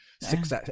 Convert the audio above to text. six